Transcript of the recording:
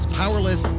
powerless